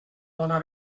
dona